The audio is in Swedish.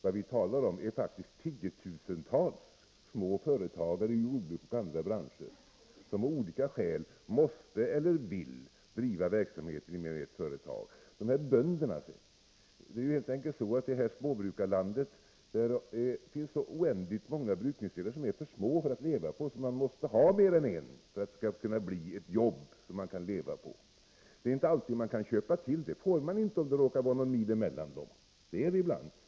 Vad vi talar om är faktiskt tiotusentals småföretagare i jordbruk och andra branscher som av olika skäl måste — eller vill — driva verksamheten i mer än ett företag. När det gäller bönderna är det helt enkelt så att det i det här småbrukarlandet finns oändligt många brukningsdelar som är för små för att leva på, så att man måste ha mer än en brukningsdel för att det skall kunna bli ett jobb som man kan leva på. Det är inte alltid som man kan köpa till. Det får man inte om det råkar vara någon mil mellan brukningsdelarna, och det är det ibland.